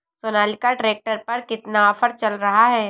Sonalika tractor पर कितना offer चल रहा है?